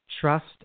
trust